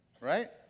Right